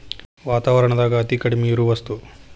ವಾತಾವರಣದಾಗ ಅತೇ ಕಡಮಿ ಇರು ವಸ್ತು